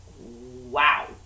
wow